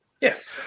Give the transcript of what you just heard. Yes